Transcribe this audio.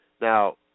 Now